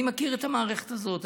אני מכיר את המערכת הזאת,